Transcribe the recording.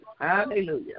Hallelujah